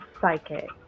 Psychic